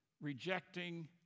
rejecting